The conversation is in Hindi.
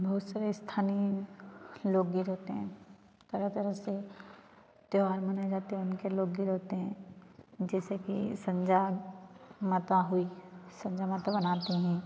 बहुत सारे स्थानीय लोग ही रहते हैं तरह तरह से त्योहार मनाए जाते हैं उनके लोग रहते हैं जैसे की संजा माता हुई संजा माता बनाते हैं